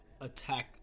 attack